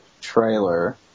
trailer